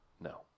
No